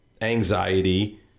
anxiety